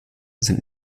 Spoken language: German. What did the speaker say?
sind